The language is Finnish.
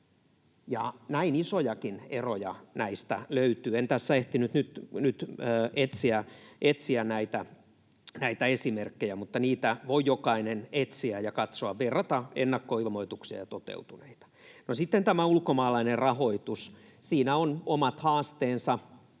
Näinkin isoja eroja näistä löytyy. En tässä ehtinyt nyt etsiä näitä esimerkkejä, mutta niitä voi jokainen etsiä ja katsoa, verrata ennakkoilmoituksia ja toteutuneita. No, sitten tässä ulkomaalaisessa rahoituksessa on omat haasteensa.